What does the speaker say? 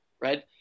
right